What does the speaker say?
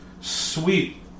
Sweet